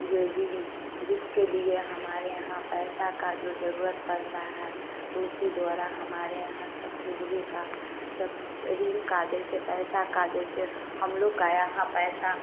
जो ऋृण जिसके लिए हमारे यहाँ पैसा का जरूर जो पड़ता है तो उसी द्वारा हमारे यहाँ सब्सिडियरी का सब ऋृण का जैसे पैसा जैसे हम लोग का यहाँ पैसा